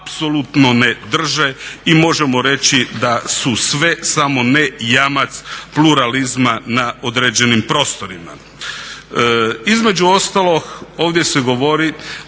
apsolutno ne drže i možemo reći da su sve samo ne jamac pluralizma na određenim prostorima.